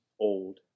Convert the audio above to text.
old